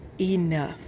enough